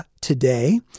today